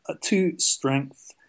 two-strength